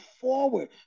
forward